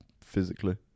physically